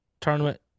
tournament